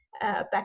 back